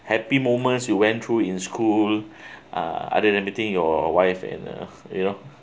happy moments you went through in school uh other than meeting your wife uh you know